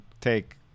take